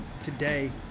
today